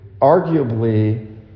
arguably